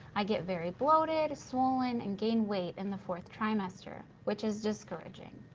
i get very bloated, swollen, and gain weight in the fourth trimester, which is discouraging.